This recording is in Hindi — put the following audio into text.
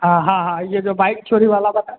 हाँ हाँ हाँ ये जो बाइक चोरी वाला बता